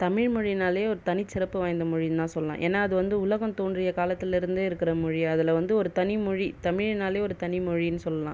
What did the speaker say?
தமிழ்மொழினாலே ஒரு தனிச்சிறப்பு வாய்ந்த மொழின்னு தான் சொல்லலாம் ஏன்னா அது வந்து உலகம் தோன்றிய காலத்துலேருந்தே இருக்கிற மொழி அதில் வந்து ஒரு தனி மொழி தமிழ்னாலே ஒரு தனி மொழின்னு சொல்லாம்